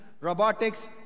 robotics